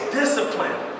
discipline